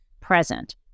present